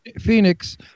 Phoenix